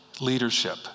leadership